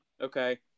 Okay